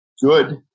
good